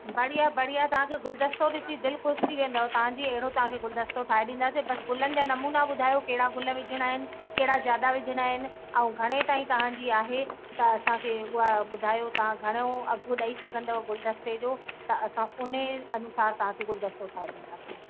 बढ़िया बढ़िया तव्हांखे गुलदस्तो ॾिसी दिलि ख़ुशि थी वेंदव तव्हांजी हेड़ो तव्हांखे गुलदस्तो ठाहे ॾींदासीं बसि गुलनि जा नमूना ॿुधायो कहिड़ा गुल विझणा आहिनि कहिड़ा ज्यादा विझणा आहिनि ऐं घणे ताईं तव्हांजी आहे त असांखे उहा ॿुधायो तव्हां घणो अघु ॾेई सघंदव गुलदस्ते जो त असां हुनजे अनुसार तव्हांखे गुलदस्तो ठाहे ॾींदासीं